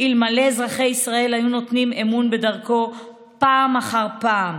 אלמלא אזרחי ישראל היו נותנים אמון בדרכו פעם אחר פעם.